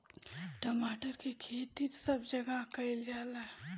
टमाटर के खेती सब जगह कइल जाला